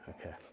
Okay